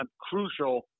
crucial